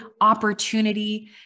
opportunity